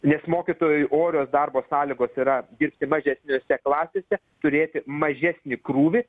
nes mokytojui orios darbo sąlygos yra dirbti mažesnėse klasėse turėti mažesnį krūvį